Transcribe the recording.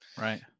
right